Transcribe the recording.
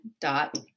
dot